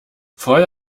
voll